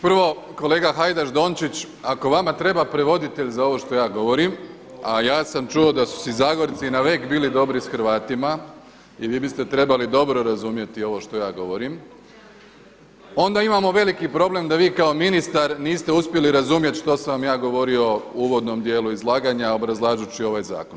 Prvo kolega Hajdaš Dončić ako vama treba prevoditelj za ovo što ja govorim, a ja sam čuo da su si Zagorci navek bili dobri s Hrvatima i vi biste trebali dobro razumjeti ovo što ja govorim, onda imamo veliki problem da vi kao ministar niste uspjeli razumjeti što sam vam ja govorio u uvodnom dijelu izlaganja obrazlažući ovaj zakon.